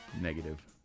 Negative